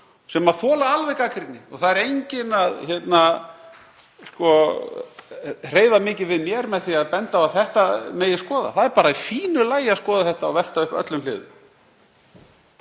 sem þola alveg gagnrýni og það hreyfir enginn mikið við mér með því að benda á að þetta megi skoða. Það bara í fínu lagi að skoða þetta og velta upp öllum hliðum.